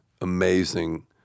amazing